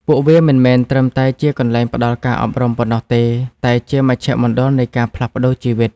ពួកវាមិនមែនត្រឹមតែជាកន្លែងផ្តល់ការអប់រំប៉ុណ្ណោះទេ តែជាមជ្ឈមណ្ឌលនៃការផ្លាស់ប្តូរជីវិត។